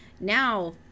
Now